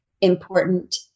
important